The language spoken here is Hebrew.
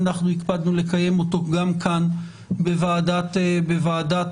אנחנו הקפדנו לקיים אותו גם כאן בוועדת החוקה.